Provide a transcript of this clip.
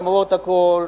למרות הכול,